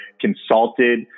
consulted